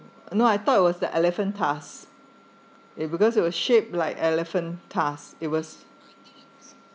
no I thought it was the elephant tusk is because it was shape like elephant tusk it was